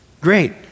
Great